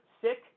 sick